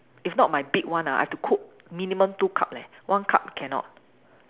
if not my big one ah I have to cook minimum two cup leh one cup cannot